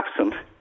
absent